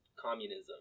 Communism